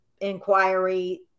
inquiry